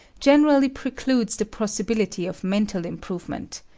generally precludes the possibility of mental improvement.